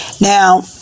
now